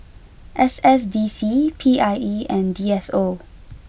S S D C P I E and D S O